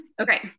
okay